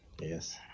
Yes